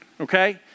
okay